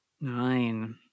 nine